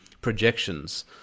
projections